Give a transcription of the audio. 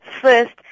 first